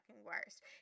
worst